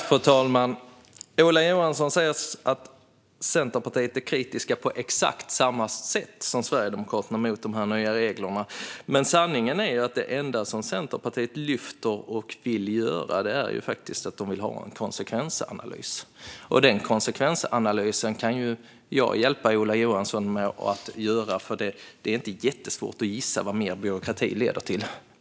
Fru talman! Ola Johansson säger att Centerpartiet är kritiskt på exakt samma sätt som Sverigedemokraterna mot de nya reglerna. Men sanningen är att det enda som Centerpartiet lyfter är att de vill ha en konsekvensanalys. Den konsekvensanalysen kan jag hjälpa Ola Johansson att göra, för det är inte jättesvårt att gissa vad mer byråkrati leder till.